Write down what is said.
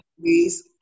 please